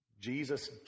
Jesus